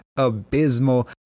abysmal